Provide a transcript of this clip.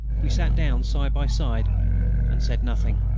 we sat down side by side and said nothing.